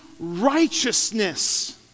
Righteousness